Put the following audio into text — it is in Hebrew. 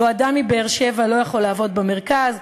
שאדם מבאר-שבע לא יכול לעבוד במרכז,